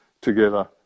together